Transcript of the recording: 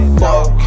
fuck